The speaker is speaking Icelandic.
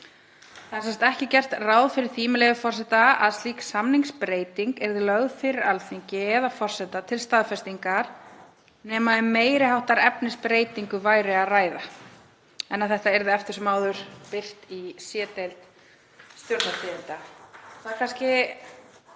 Það er ekki gert ráð fyrir því, með leyfi forseta, „að slík samningsbreyting yrði lögð fyrir Alþingi eða forseta til staðfestingar nema um meiri háttar efnisbreytingu væri að ræða.“ Þetta yrði eftir sem áður birt í C-deild Stjórnartíðinda. Það er kannski